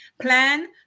Plan